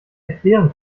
erklären